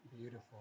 Beautiful